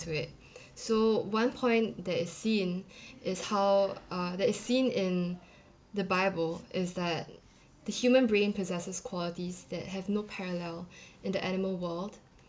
to it so one point that is seen is how uh that is seen in the bible is that the human brain possesses qualities that have no parallel in the animal world